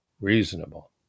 reasonable